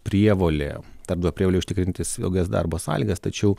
prievolė darbdavio prievolė užtikrinti saugias darbo sąlygas tačiau